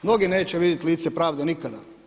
Mnogi neće vidjeti lice pravde nikada.